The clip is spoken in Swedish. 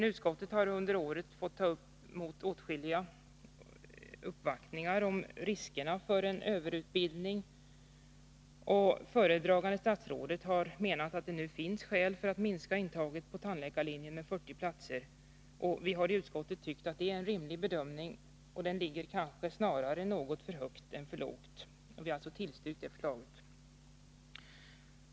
Utskottet har under året fått ta emot åtskilliga uppvaktningar om riskerna för en överutbildning, och föredragande statsrådet har menat att det nu finns skäl för att minska intaget på tandläkarlinjen med 40 platser. Utskottet tycker att det är en rimlig bedömning. Den ligger kanske snarare för högt än för lågt. Utskottet tillstyrker förslaget.